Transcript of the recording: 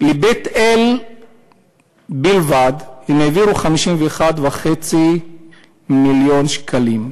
לבית-אל בלבד הם העבירו 51.5 מיליון שקלים.